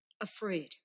afraid